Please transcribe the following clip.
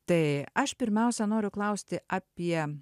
tai aš pirmiausia noriu klausti apie